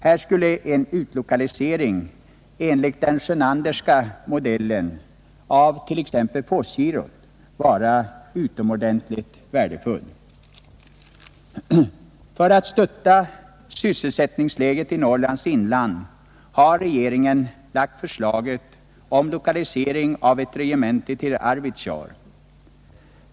Här skulle en utlokalisering enligt den Sjönanderska modellen av t.ex. Postgirot vara utomordentligt värdefullt. I avsikt att stötta upp sysselsättningsläget i Norrlands inland har regeringen lagt förslaget om lokalisering av ett regemente till Arvidsjaur.